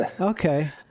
Okay